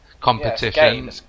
Competition